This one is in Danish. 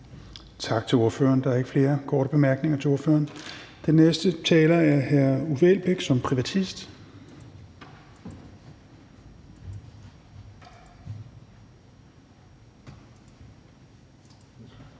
Tak til ordføreren. Der er ikke flere korte bemærkninger til ordføreren. Den næste taler er hr. Uffe Elbæk som privatist.